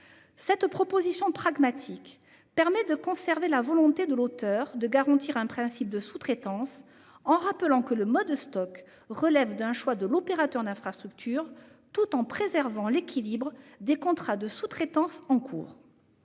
Cette proposition pragmatique permet de conserver la volonté de l'auteur de garantir un principe de sous-traitance, en rappelant que la mise en oeuvre du mode Stoc relève d'un choix de l'opérateur d'infrastructure, tout en préservant l'équilibre des contrats de sous-traitance en cours.